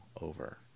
over